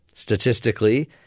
Statistically